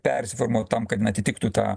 persiformuot tam atitiktų tą